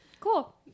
Cool